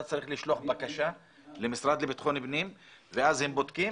אתה צריך לשלוח בקשה למשרד לביטחון פנים ואז הם בודקים